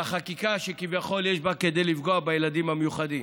על החקיקה שכביכול יש בה כדי לפגוע בילדים המיוחדים.